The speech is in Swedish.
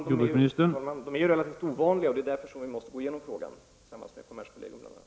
Herr talman! Detta är relativt ovanligt, och det är därför som vi måste gå igenom frågan med bl.a. kommerskollegium.